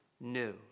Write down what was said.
new